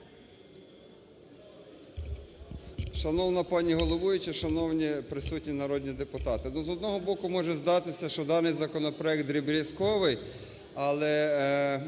Шановна пані головуюча! Шановні присутні народні депутати! Ну, з одного боку, може здатися, що даний законопроект дріб'язковий, але